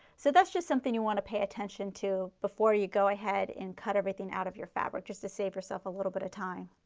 so that's just something you want to pay attention to before you go ahead and cut everything out of your fabric, just to save yourself a little bit of time.